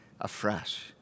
afresh